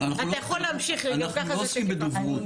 לא עוסקים בדוברות.